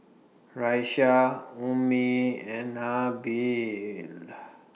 Raisya Ummi and Nabil